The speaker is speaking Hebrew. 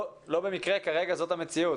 לא במקרה כרגע זו המציאות.